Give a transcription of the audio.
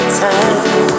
time